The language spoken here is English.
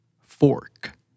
fork